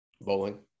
Bowling